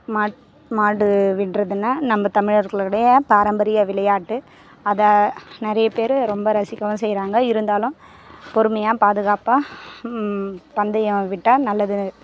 மாட் மாடு விடுறதுன்னா நம்ப தமிழர்களுடைய பாரம்பரிய விளையாட்டு அதை நிறைய பேரு ரொம்ப ரசிக்கவும் செய்கிறாங்க இருந்தாலும் பொறுமையாக பாதுகாப்பாக பந்தயம் விட்டால் நல்லது